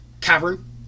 cavern